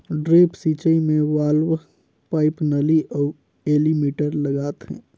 drip सिंचई मे valve, pipe, नली अउ एलीमिटर लगाथें